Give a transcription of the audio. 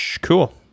Cool